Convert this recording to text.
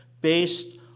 based